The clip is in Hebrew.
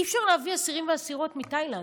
אי-אפשר להביא סוהרים וסוהרות מתאילנד.